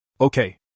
Okay